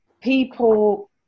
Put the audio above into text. people